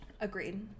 Agreed